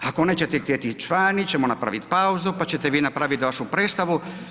Ako nećete htjeti ići van, mi ćemo napraviti pauzu, pa ćete vi napraviti vašu predstavu.